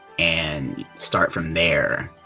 and start from there.